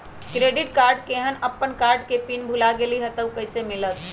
Credit card केहन अपन card के पिन भुला गेलि ह त उ कईसे मिलत?